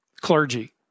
clergy